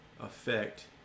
affect